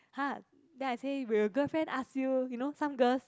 !huh! then I say will your girlfriend ask you you know some girls